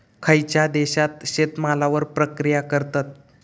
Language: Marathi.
खयच्या देशात शेतमालावर प्रक्रिया करतत?